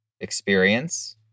experience